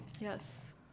Yes